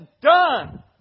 done